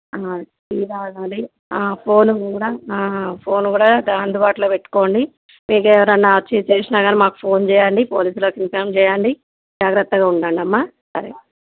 tea తాగాలి ఆ phone కూడా ఫోన్ కూడా అందుబాటులో పెట్టుకోండి మీకు ఎవరైనా వచ్చి చేసినా కాని మాకు ఫోన్ చేయండి పోలీసులకు ఇన్ఫామ్ చెయ్యండి జాగ్రత్తగా ఉండండమ్మ సరే